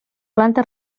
planta